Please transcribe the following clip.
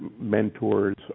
mentors